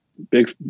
big